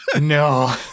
no